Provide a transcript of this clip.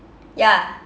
ya